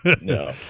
No